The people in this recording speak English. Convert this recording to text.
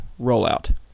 rollout